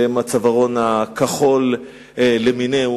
שהם הצווארון הכחול למינהו,